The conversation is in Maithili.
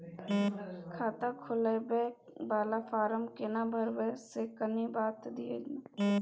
खाता खोलैबय वाला फारम केना भरबै से कनी बात दिय न?